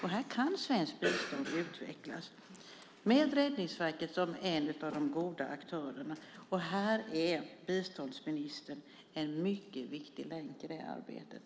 Här kan svenskt bistånd utvecklas med Räddningsverket som en av de goda aktörerna, och biståndsministern är en mycket viktig länk i det arbetet.